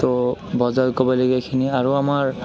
তো বজাৰ ক'বলগীয়াখিনি আৰু আমাৰ